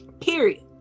Period